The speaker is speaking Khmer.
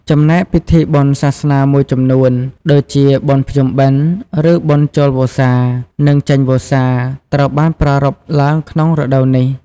ចំណែកពិធីបុណ្យសាសនាមួយចំនួន ដូចជា បុណ្យភ្ជុំបិណ្ឌ និង បុណ្យចូលវស្សា និង ចេញវស្សា ត្រូវបានប្រារព្ធឡើងក្នុងរដូវនេះ។